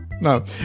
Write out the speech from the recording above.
No